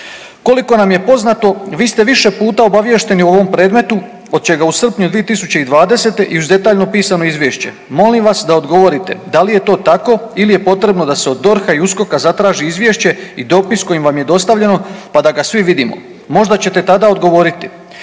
Koliko nam je poznato vi ste više puta obaviješteni o ovom predmetu od čega u srpnju 2020. i uz detaljno pisano izvješće, molim vas da odgovorite, da li je to tako ili je potrebno da se od DORH-a i USKOK-a zatraži izvješće i dopis kojim vam je dostavljeno pa da ga svi vidimo, možda ćete tada odgovoriti.